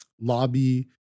lobby